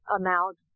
amount